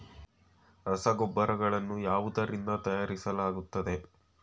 ರಸಗೊಬ್ಬರಗಳನ್ನು ಯಾವುದರಿಂದ ತಯಾರಿಸಲಾಗುತ್ತದೆ?